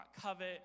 covet